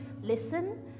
listen